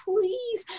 please